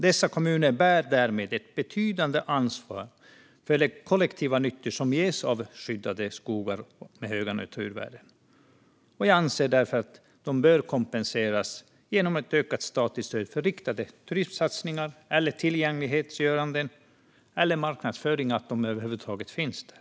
Dessa kommuner bär därmed ett betydande ansvar för de kollektiva nyttor som ges av skyddade skogar med höga naturvärden, och jag anser att de därför bör kompenseras genom ökat statligt stöd för riktade turismsatsningar eller tillgängliggörande och marknadsföring av att områdena över huvud taget finns där.